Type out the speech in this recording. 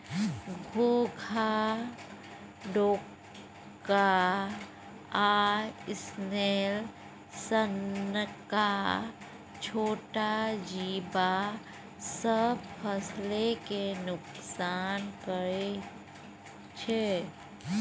घोघा, डोका आ स्नेल सनक छोट जीब सब फसल केँ नोकसान करय छै